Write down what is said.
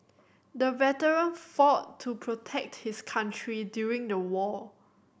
the veteran fought to protect his country during the war